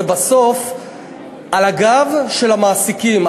בסוף זה על הגב של המעסיקים,